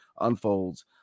unfolds